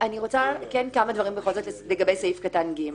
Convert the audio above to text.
אני רוצה להגיד כמה דברים בכל זאת לגבי סעיף קטן (ג).